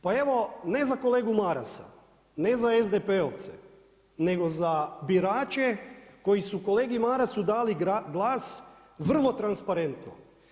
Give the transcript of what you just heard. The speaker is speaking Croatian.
Pa evo, ne za kolegu Marasa, ne za SDP-ovce nego za birače koji su kolegi Marasu dali glas vrlo transparentno.